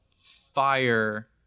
fire